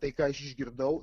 tai ką aš išgirdau